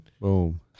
boom